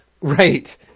Right